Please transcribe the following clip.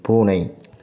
பூனை